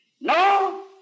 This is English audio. no